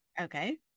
okay